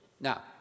Now